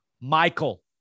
Michael